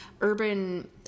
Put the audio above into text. urban